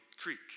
creek